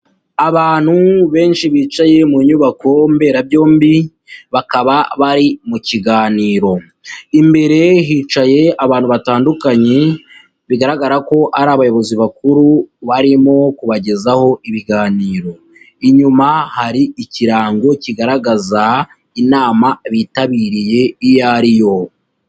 Abantu benshi bicaye mu nyubako mberabyombi, bakaba bari mu kiganiro, imbere hicaye abantu batandukanye bigaragara ko ari abayobozi bakuru barimo kubagezaho ibiganiro, inyuma hari ikirango kigaragaza inama bitabiriye iyo ari yo.